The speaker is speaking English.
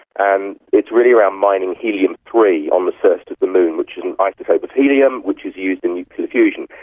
and it's really around mining helium three on the surface of the moon, which is an isotope of helium which is used in nuclear fusion.